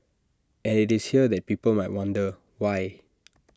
and IT is here that people might wonder why